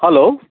hello